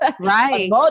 Right